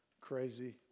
crazy